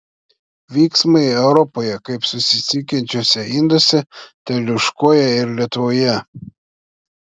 vyksmai europoje kaip susisiekiančiuose induose teliūškuoja ir lietuvoje